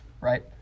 right